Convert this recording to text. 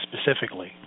specifically